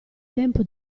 tempo